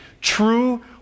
true